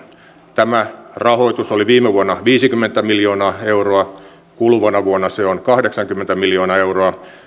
tämä rahoitus oli viime vuonna viisikymmentä miljoonaa euroa kuluvana vuonna se on kahdeksankymmentä miljoonaa euroa